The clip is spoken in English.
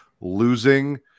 losing